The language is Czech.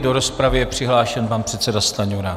Do rozpravy je přihlášen pan předseda Stanjura.